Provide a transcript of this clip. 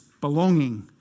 belonging